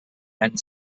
and